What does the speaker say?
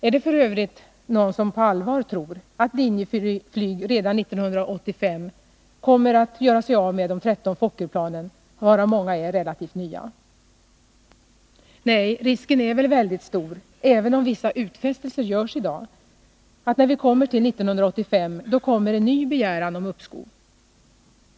Är det f. ö. någon som på allvar tror att Linjeflyg redan 1985 kommer att göra sig av med de 13 Fokkerplanen, varav många är relativt nya? Nej, risken är väl väldigt stor — även om vissa utfästelser görs i dag — att när vi kommer till 1985, då kommer en ny begäran om uppskov.